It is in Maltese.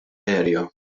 area